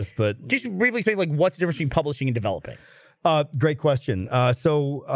but really say like what's diversity publishing and developing ah great question so